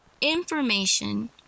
information